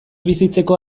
bizitzeko